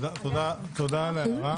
תודה על ההערה.